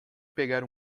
pegar